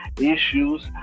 issues